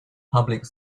public